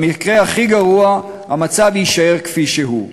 במקרה הכי גרוע המצב יישאר כפי שהוא.